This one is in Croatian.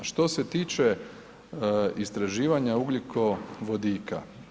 Što se tiče istraživanja ugljikovodika.